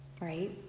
right